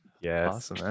yes